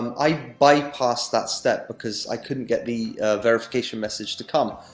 i bypassed that step, because i couldn't get the verification message to come.